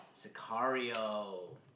Sicario